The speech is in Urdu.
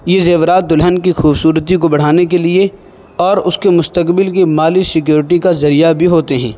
یہ زیورات دلہن کی خوبصورتی کو بڑھانے کے لیے اور اس کے مستقبل کے مالی سکیوریٹی کا ذریعہ بھی ہوتے ہیں